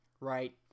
right